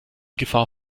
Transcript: gefahr